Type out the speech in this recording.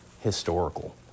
historical